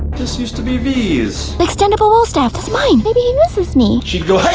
this used to be vy's. the extendable will staff, that's mine! maybe he misses me! she'd go hi-yah!